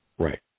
Right